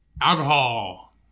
Alcohol